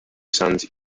sons